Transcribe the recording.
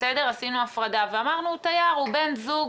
עשינו הפרדה ואמרנו תייר הוא בן זוג